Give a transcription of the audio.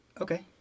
Okay